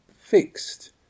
fixed